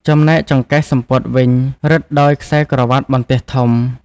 ចំណែកចង្កេះសំពត់វិញ រឹតដោយខ្សែក្រវាត់បន្ទះធំ។